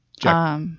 Jack